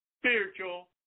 spiritual